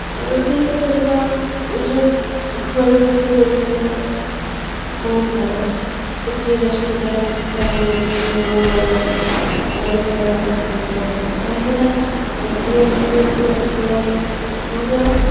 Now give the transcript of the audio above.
ରୋଷେଇ କରିବା ନିଜ ଘରେ ରୋଷେଇ କରି ଖାଇବା ବହୁତ ଭଲ ଗୋଟିଏ ରେଷ୍ଟୁରାଣ୍ଟ୍ଠାରୁ ଗୋଟିଏ ଭୋଜନାଳୟଠାରୁ ଘରେ ଖାଇବା ଅତ୍ୟନ୍ତ ଭଲ କାହିଁକିନା ଗୋଟିଏ ହୋଟେଲ୍ ରେଷ୍ଟୁରାଣ୍ଟ୍ରେ ନିଜ